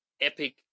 epic